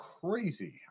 crazy